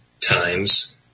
Times